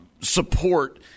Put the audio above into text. support